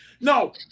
no